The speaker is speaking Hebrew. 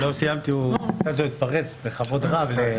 לא סיימתי, הוא התפרץ, בכבוד רב לראש העיר.